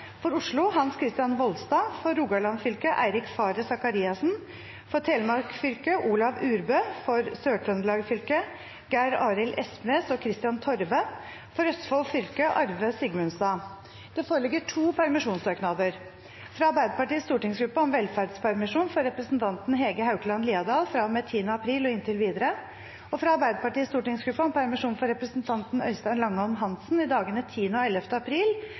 For Oslo: Hans Kristian Voldstad For Rogaland fylke: Eirik Faret Sakariassen For Telemark fylke: Olav Urbø For Sør-Trøndelag fylke: Geir Arild Espnes og Kristian Torve For Østfold fylke: Arve Sigmundstad Det foreligger to permisjonssøknader: fra Arbeiderpartiets stortingsgruppe om velferdspermisjon for representanten Hege Haukeland Liadal fra og med 10. april og inntil videre fra Arbeiderpartiets stortingsgruppe om permisjon for representanten Øystein Langholm Hansen i dagene 10. og 11. april